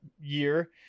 year